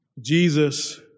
Jesus